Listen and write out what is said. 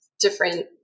different